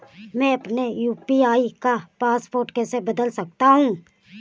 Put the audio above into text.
मैं अपने यू.पी.आई का पासवर्ड कैसे बदल सकता हूँ?